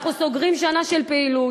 אנחנו סוגרים שנה של פעילות,